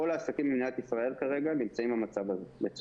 כל העסקים במדינת ישראל כרגע נמצאים במצב הזה.